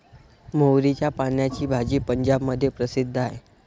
मोहरीच्या पानाची भाजी पंजाबमध्ये प्रसिद्ध आहे